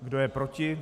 Kdo je proti?